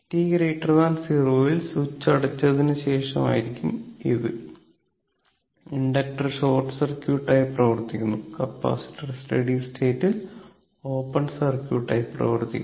t 0 ഇൽ switch അടച്ചതിനുശേഷം ആയിരിക്കും അത് ഇൻഡക്ടർ ഷോർട്ട് സർക്യൂട്ടായി പ്രവർത്തിക്കുന്നു കപ്പാസിറ്റർ സ്റ്റഡി സ്റ്റേറ്റിൽ ഓപ്പൺ സർക്യൂട്ട് ആയി പ്രവർത്തിക്കുന്നു